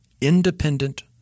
Independent